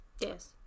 Yes